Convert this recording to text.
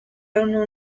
reino